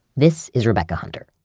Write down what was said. this is rebecca hunter,